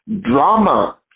drama